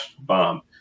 bomb